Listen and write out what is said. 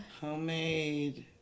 Homemade